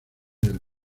del